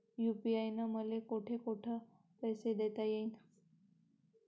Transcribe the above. UPI न मले कोठ कोठ पैसे देता येईन?